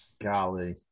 Golly